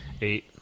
Eight